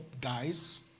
guys